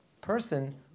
person